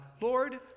Lord